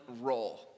role—